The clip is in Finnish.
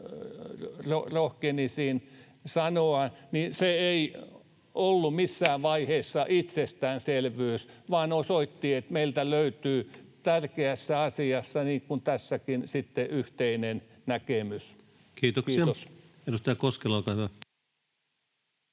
rohkenisin sanoa, ei ollut missään vaiheessa itsestäänselvyys vaan osoitti, että meiltä löytyy tärkeässä asiassa niin kuin tässäkin sitten yhteinen näkemys. — Kiitos.